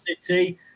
city